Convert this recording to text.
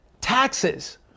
Taxes